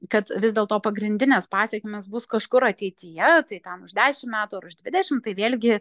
kad vis dėl to pagrindinės pasekmės bus kažkur ateityje tai ten už dešim metų ar už dvidešim tai vėlgi